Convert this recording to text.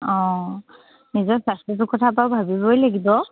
অঁ নিজৰ স্বাস্থ্যটোৰ কথা বাৰু ভাবিবই লাগিব